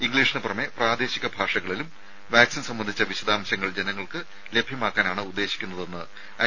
ഇംഗ്ലീഷിന് പുറമെ പ്രാദേശിക ഭാഷകളിലും വാക്സിൻ സംബന്ധിച്ച വിശദാംശങ്ങൾ ജനങ്ങൾക്ക് ലഭ്യമാക്കാനാണ് ഉദ്ദേശിക്കുന്നതെന്ന് ഐ